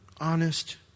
Honest